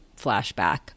flashback